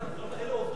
אלה העובדות.